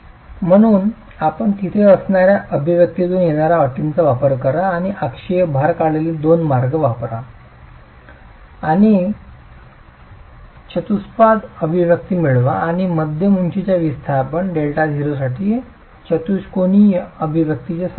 म्हणून आपण तिथे दिसणार्या अभिव्यक्तीतून येणार्या अटींचा वापर करा आणि अक्षीय भार काढलेले 2 मार्ग 2 वापरा आणि चतुष्पाद अभिव्यक्ती मिळवा आणि मध्यम उंचीच्या विस्थापन Δ0 साठी चतुष्कोणीय अभिव्यक्तीचे समाधान मिळवा